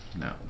No